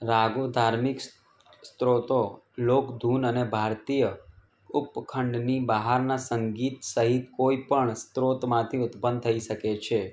રાગો ધાર્મિક સ્ સ્રોતો લોક ધૂન અને ભારતીય ઉપખંડની બહારના સંગીત સહિત કોઈપણ સ્રોતમાંથી ઉત્પન્ન થઈ શકે છે